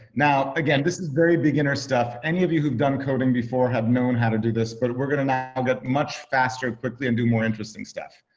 now again, this is very beginner stuff. any of you who've done coding before have known how to do this, but we're gonna get much faster quickly and do more interesting stuff.